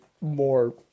more